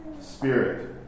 spirit